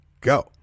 go